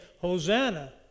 Hosanna